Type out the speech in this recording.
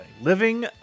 living